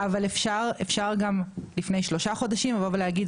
אבל אפשר גם לפני שלושה חודשים לבוא ולהגיד,